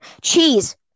Cheese